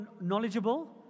knowledgeable